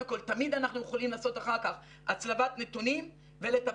תמיד אנחנו יכולים לעשות אחר כך הצלבת נתונים ולטפל.